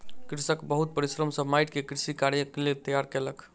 कृषक बहुत परिश्रम सॅ माइट के कृषि कार्यक लेल तैयार केलक